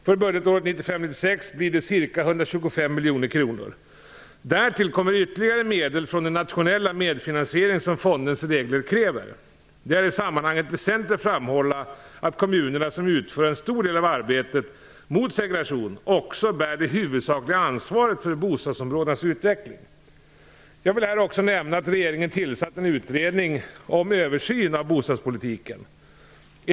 För budgetåret 1995/96 blir det ca 125 miljoner kronor. Därtill kommer ytterligare medel från den nationella medfinansiering som fondens regler kräver. Det är i sammanhanget väsentligt att framhålla att kommunerna, som utför en stor del av arbetet mot segregation, också bär det huvudsakliga ansvaret för bostadsområdenas utveckling. Jag vill här också nämna att regeringen har tillsatt en utredning för översyn av bostadspolitiken.